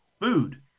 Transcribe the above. food